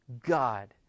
God